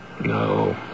No